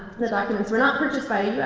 the documents were not purchased by a u